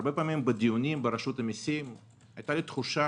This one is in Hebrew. והרבה פעמים בדיונים ברשות המסים הייתה לי תחושה